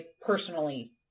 personally